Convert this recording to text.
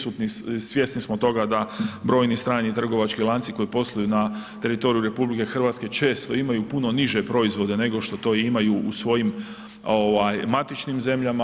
Svjesni smo toga brojni strani trgovački lanci koji posluju na teritoriju RH često imaju puno niže proizvode nego što to imaju u svojim matičnim zemljama.